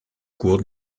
cours